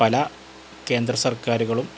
പല കേന്ദ്ര സർക്കാരുകളും